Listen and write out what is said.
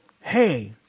hey